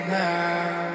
now